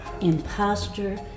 imposter